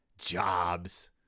jobs